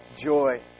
joy